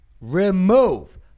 remove